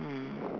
mm